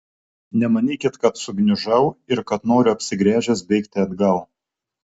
nemanykit kad sugniužau ir kad noriu apsigręžęs bėgti atgal